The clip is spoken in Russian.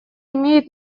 имеет